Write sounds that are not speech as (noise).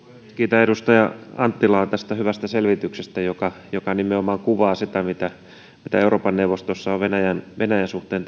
kiitän edustaja anttilaa tästä hyvästä selvityksestä joka kuvaa nimenomaan sitä mitä euroopan neuvostossa on venäjän venäjän suhteen (unintelligible)